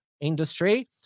industry